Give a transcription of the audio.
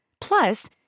Plus